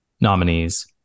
nominees